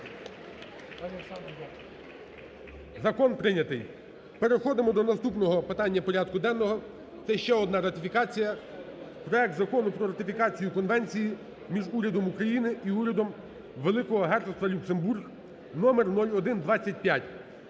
закон прийнятий. Переходимо до наступного питання порядку денного – це ще одна ратифікація: проект Закону про ратифікацію Конвенції між Урядом України і Урядом Великого Герцогства Люксембург (номер 0125).